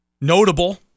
notable